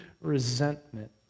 resentment